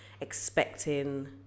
expecting